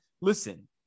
listen